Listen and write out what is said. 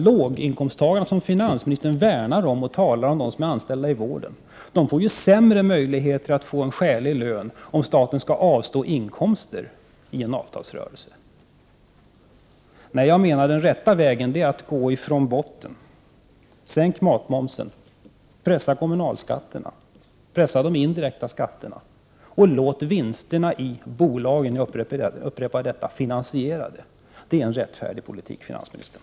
Låginkomsttagarna, som finansministern värnar om och talar om, de som är anställda inom vården, får sämre möjligheter att få en skälig lön om staten skall avstå inkomster i en avtalsrörelse. Nej, jag menar att den rätta vägen är att gå från botten. Sänk matmomsen, pressa kommunalskatterna, pressa de indirekta skatterna och låt vinsterna i bolagen, jag upprepar detta, finansiera det. Det är en rättfärdig politik, finansministern.